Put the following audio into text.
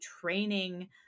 training